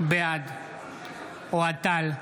בעד אוהד טל,